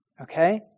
Okay